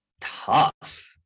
tough